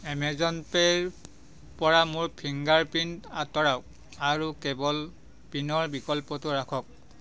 Amazon পে'ৰপৰা মোৰ fingerprint আঁতৰাওক আৰু কেৱল পিনৰ বিকল্পটো ৰাখক